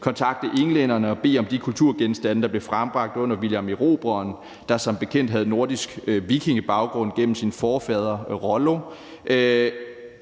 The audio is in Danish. kontakte englænderne og bede om de kulturgenstande, der blev frembragt under Vilhelm Erobreren, der som bekendt havde nordisk vikingebaggrund gennem sin forfader Rollo,